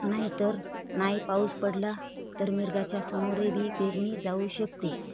नाहीतर नाही पाऊस पडला तर मृगाच्या समोरे बी पेरणी जाऊ शकते